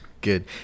Good